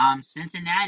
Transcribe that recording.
Cincinnati